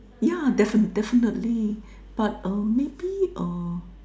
yeah defi~ definitely but uh maybe uh